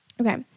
okay